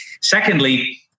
Secondly